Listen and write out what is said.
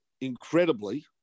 incredibly